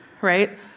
Right